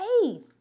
faith